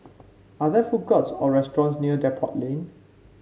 are there food courts or restaurants near Depot Lane